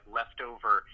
leftover